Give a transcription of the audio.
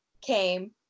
came